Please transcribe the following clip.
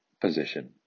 position